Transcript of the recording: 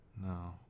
No